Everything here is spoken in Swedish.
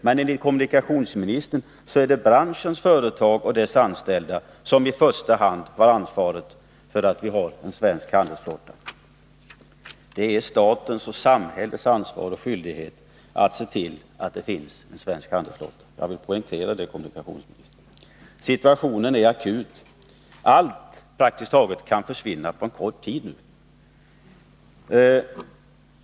Men enligt kommunikationsministern är det branschens företag och dess anställda som i första hand har ansvaret för den svenska handelsflottan. Det är statens och samhällets ansvar och skyldighet att se till att det finns en svensk handelsflotta. Jag vill poängtera det, kommunikationsministern. Situationen är akut. Praktiskt taget allt kan nu försvinna på kort tid.